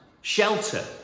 shelter